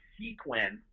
sequence